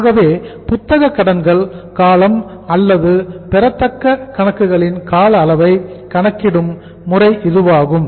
ஆகவே புத்தக கடன்கள் காலம் அல்லது பெறத்தக்க கணக்குகளின் கால அளவை கணக்கிடும் முறை இதுவாகும்